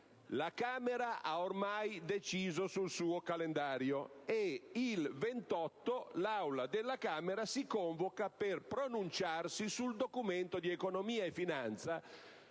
La Camera ha ormai deciso sul suo calendario: il 28 aprile l'Assemblea si riunirà per pronunciarsi sul Documento di economia e finanza